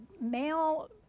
male